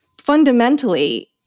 fundamentally